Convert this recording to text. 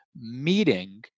meeting